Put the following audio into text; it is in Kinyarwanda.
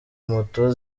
moto